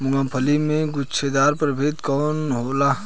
मूँगफली के गुछेदार प्रभेद कौन होला?